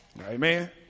Amen